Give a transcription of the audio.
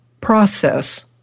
process